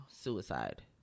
suicide